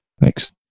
thanks